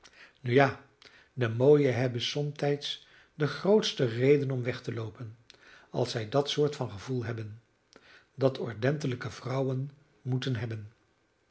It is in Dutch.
ja de mooie hebben somtijds de grootste reden om weg te loopen als zij dat soort van gevoel hebben dat ordentelijke vrouwen moeten hebben